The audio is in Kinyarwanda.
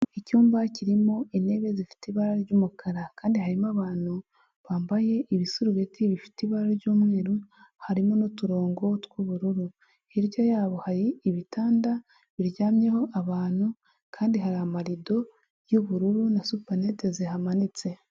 Icyumba kirimo intebe zifite ibara ry'umukara kandi harimo abantu bambaye ibisurubeti bifite ibara ry'umweru, harimo n'uturongo tw'ubururu, hirya yabo hari ibitanda biryamyeho abantu kandi hari amarido y'ubururu na supanete zihamanitse.